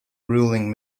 ruling